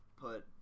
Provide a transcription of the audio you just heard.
put